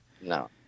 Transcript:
No